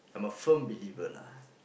I'm a firm believer lah